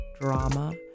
drama